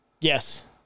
Yes